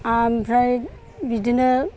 आमफ्राय बिदिनो